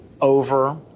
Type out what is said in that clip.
over